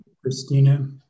Christina